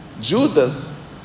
Judas